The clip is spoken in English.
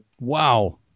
Wow